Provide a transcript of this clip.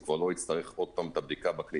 הוא כבר לא יצטרך עוד פעם את הבדיקה בכניסה,